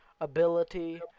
ability